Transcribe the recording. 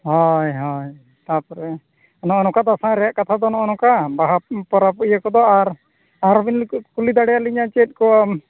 ᱦᱚᱭ ᱦᱚᱭ ᱛᱟᱯᱚᱨᱮ ᱱᱚᱜᱼᱚ ᱱᱚᱠᱟ ᱫᱟᱥᱟᱸᱭ ᱨᱮᱭᱟᱜ ᱠᱟᱛᱷᱟᱫᱚ ᱱᱚᱜᱼᱚ ᱱᱚᱝᱠᱟ ᱟᱨ ᱵᱟᱦᱟ ᱯᱚᱨᱚᱵᱽ ᱤᱭᱟᱹ ᱠᱚᱫᱚ ᱟᱨ ᱟᱨᱦᱚᱸᱵᱤᱱ ᱠᱩᱞᱤ ᱫᱟᱲᱮᱭᱟᱞᱤᱧᱟᱹ ᱪᱮᱫᱠᱚ